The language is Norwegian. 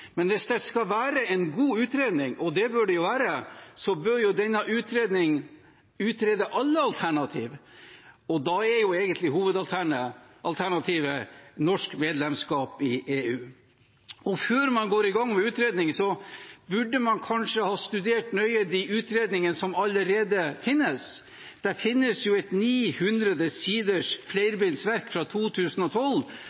Men hvis det skal være en god utredning – og det bør det jo være – bør den utrede alle alternativer, og da er egentlig hovedalternativet norsk medlemskap i EU. Før man går i gang med en utredning, bør man kanskje ha studert nøye de utredningene som allerede finnes. Det finnes et 900 siders